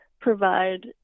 provide